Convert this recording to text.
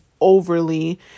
overly